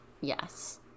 yes